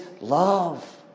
love